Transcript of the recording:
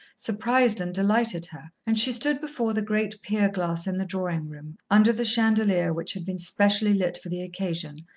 surprised and delighted her, and she stood before the great pier glass in the drawing-room, under the chandelier which had been specially lit for the occasion,